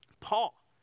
Paul